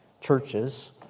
churches